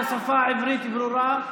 בשפה עברית ברורה,